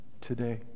today